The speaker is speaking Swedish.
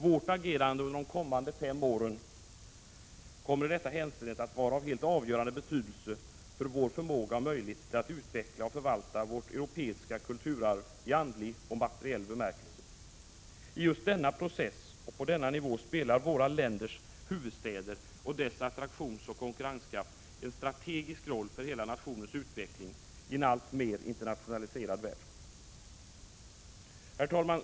Vårt agerande under de kommande fem åren kommer i detta hänseende att vara av helt avgörande betydelse för vår förmåga och möjlighet till att utveckla och förvalta vårt europeiska kulturarv i andlig och materiell bemärkelse. I just denna process och på denna nivå spelar våra länders huvudstäder och deras attraktionsoch konkurrenskraft en strategisk roll för hela nationens utveckling i en alltmer internationaliserad värld. Herr talman!